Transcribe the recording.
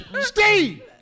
Steve